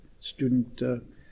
student